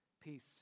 peace